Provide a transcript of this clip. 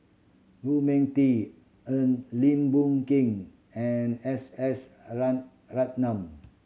Lu Ming Teh Earl Lim Boon Keng and S S a rat a Ratnam